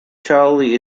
charlie